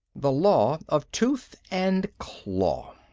the law of tooth and claw.